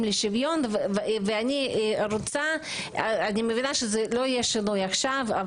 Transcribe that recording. לשוויון ואני מבינה שלא יהיה שינוי עכשיו.